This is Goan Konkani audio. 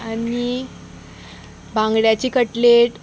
आनी बांगड्याची कटलेट